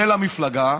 למפלגה,